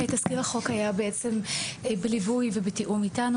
תזכיר החוק היה בעצם בליווי ובתיאום איתנו,